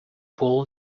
pool